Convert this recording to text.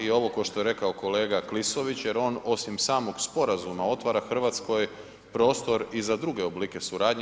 I ovo kao što je rekao kolega Klisović jer on osim samog sporazuma otvara Hrvatskoj prostor i za druge oblike suradnje.